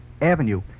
Avenue